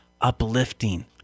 uplifting